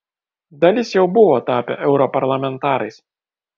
dalis jau buvo tapę europarlamentarais